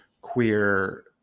queer